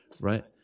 right